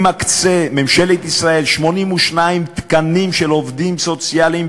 ממשלת ישראל מקצה 82 תקנים של עובדים סוציאליים,